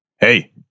hey